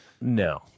No